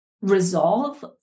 resolve